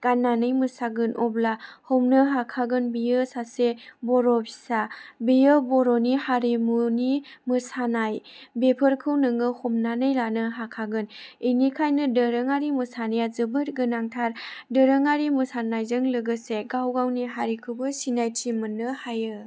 गाननानै मोसागोन अब्ला हमनो हाखागोन बियो सासे बर' फिसा बियो बर'नि हारिमुनि मोसानाय बेफोरखौ नोङो हमनानै लानो हाखागोन बेनिखायनो दोरोंआरि मोसानाया जोबोद गोनांथार दोरोंआरि मोसानायजों लोगोसे गावगावनि हारिखौबो सिनायथि मोननो हायो